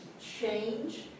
change